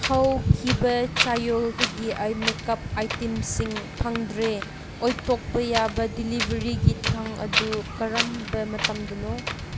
ꯍꯧꯈꯤꯕ ꯆꯩꯌꯣꯜꯗꯒꯤ ꯑꯩ ꯃꯦꯛ ꯑꯞ ꯑꯥꯏꯇꯦꯝꯁꯤꯡ ꯐꯪꯗ꯭ꯔꯦ ꯑꯣꯏꯊꯣꯛꯄ ꯌꯥꯕ ꯗꯤꯂꯤꯕꯔꯤꯒꯤ ꯇꯥꯡ ꯑꯗꯨ ꯀꯔꯝꯕ ꯃꯇꯝꯗꯅꯣ